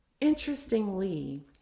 interestingly